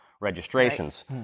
registrations